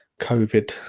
COVID